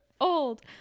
old